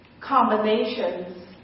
combinations